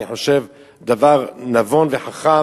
אני חושב דבר נבון וחכם,